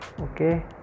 okay